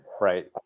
right